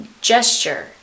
gesture